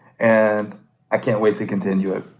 and i can't wait to continue it.